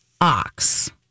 ox